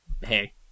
hey